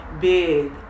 big